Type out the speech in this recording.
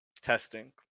testing